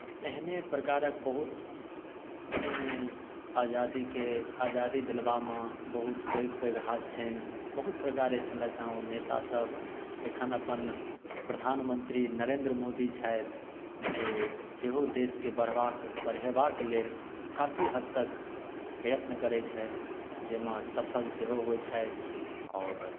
एहने प्रकारक बहुत आजादीके आजादी देबामे बहुत पैघ पैघ हाथ छनि बहुत प्रकारे छलथि हेँ ओ नेतासभ एखन अपन प्रधानमंत्री नरेन्द्र मोदी छथि जे सेहो देशके बढ़बाक बढ़ेबाक लेल काफी हद तक प्रयत्न करैत छथि जाहिमे सफल सेहो होइ छथि आओर